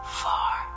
far